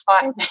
fine